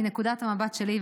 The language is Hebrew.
מנקודת המבט שלי,